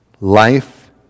life